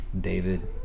David